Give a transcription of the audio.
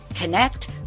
connect